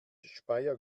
speyer